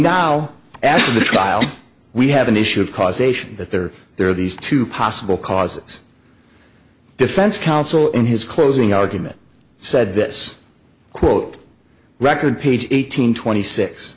now after the trial we have an issue of causation that there are there are these two possible causes defense counsel in his closing argument said this quote record page eight hundred twenty six